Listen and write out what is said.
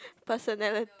personality